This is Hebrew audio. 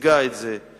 מציגה את זה,